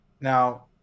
Now